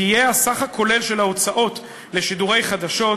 תהיה הסך הכולל של ההוצאות לשידורי חדשות,